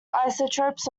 isotopes